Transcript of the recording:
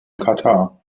katar